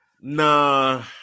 Nah